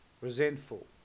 resentful